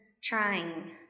trying